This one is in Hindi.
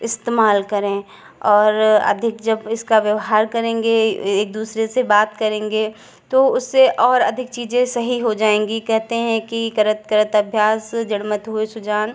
इस्तेमाल करें और अधिक जब इसका व्यवहार करेंगे एक दूसरे से बात करेंगे तो उससे और अधिक चीज़ें सही हो जाएँगी कहते हैं कि करत करत अभ्यास जड़मति होए सुजान